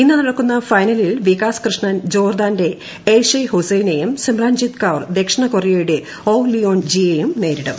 ഇന്ന് നടക്കുന്ന ഫൈനലിൽ വികാസ് കൃഷൻ ജോർദ്ദാന്റെ എയ്ഷയ് ഹുസൈനയും സിമ്രൻജിത്ത് കൌർ ദക്ഷിണ കൊറിയയുടെ ഓഹ് ലിയോൺ ജിയെയും നേരിടും